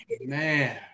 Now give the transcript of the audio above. man